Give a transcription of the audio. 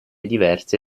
diverse